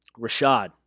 Rashad